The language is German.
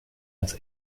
als